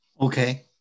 Okay